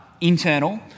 internal